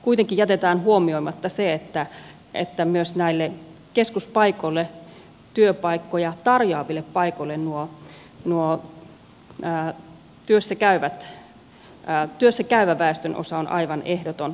kuitenkin jätetään huomioimatta se että myös näille keskuspaikoille työpaikkoja tarjoaville paikoille tuo työssä käyvä väestönosa on aivan ehdoton edellytys